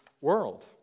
world